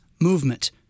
movement